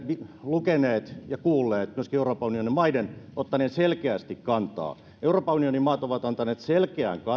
lukeneet ja kuulleet myöskin euroopan unionin maiden ottaneen selkeästi kantaa euroopan unionin maat ovat antaneet selkeän